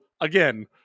again